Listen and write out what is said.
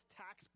tax